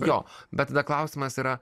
jo bet tada klausimas yra